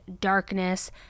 darkness